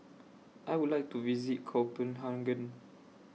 I Would like to visit Copenhagen